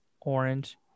orange